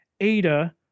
Ada